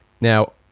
Now